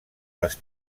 les